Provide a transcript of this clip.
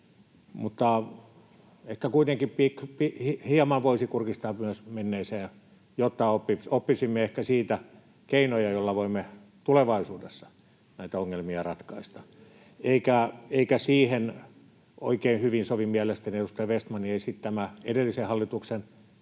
Mutta ehkä kuitenkin hieman voisi kurkistaa myös menneeseen, jotta oppisimme ehkä sieltä keinoja, joilla voimme tulevaisuudessa näitä ongelmia ratkaista, eikä siihen oikein hyvin sovi mielestäni edustaja Vestmanin esittämä edellisen hallituksen